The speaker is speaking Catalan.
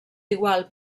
igual